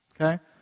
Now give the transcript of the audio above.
Okay